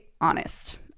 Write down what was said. honest